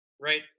right